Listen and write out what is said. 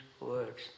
words